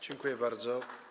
Dziękuję bardzo.